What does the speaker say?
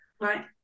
Right